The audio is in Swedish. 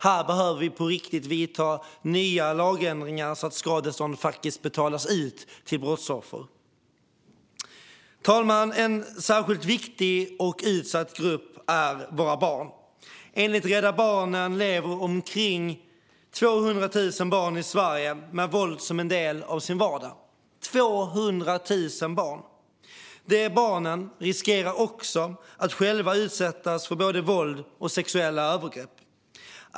Här behöver vi på riktigt vidta nya lagändringar så att skadestånd faktiskt betalas ut till brottsoffer. Herr talman! En särskilt viktig och utsatt grupp är våra barn. Enligt Rädda Barnen lever omkring 200 000 barn i Sverige med våld som en del av sin vardag, 200 000 barn. De barnen riskerar också att själva utsättas för både våld och sexuella övergrepp.